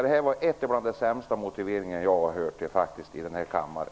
Det här var en av de sämsta motiveringar som jag har hört i den här kammaren.